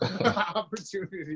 opportunity